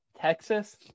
Texas